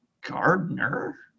Gardner